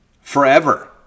forever